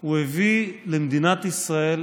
הוא הביא למדינת ישראל